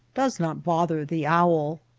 does not bother the owl.